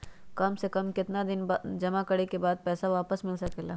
काम से कम केतना दिन जमा करें बे बाद पैसा वापस मिल सकेला?